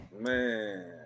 Man